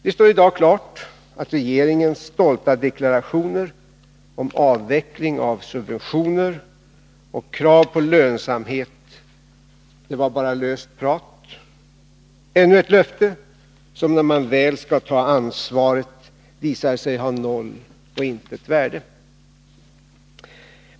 Det står i dag klart att regeringens stolta deklarationer om avveckling av subventioner och krav på lönsamhet bara var löst prat, ännu ett löfte, som när man väl skall ta ansvaret visar sig ha noll och intet värde.